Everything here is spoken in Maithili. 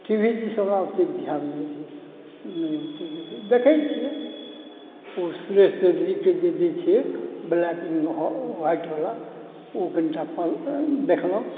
टी वी दिस हमरा ओतेक ध्यान नहि अछि नहि ओतेक देखै छिए ओ सुरेश चौधरीके जे दै छै ब्लैक एण्ड वाइटवला ओ कनिटा देखलहुँ